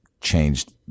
changed